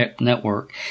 network